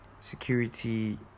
security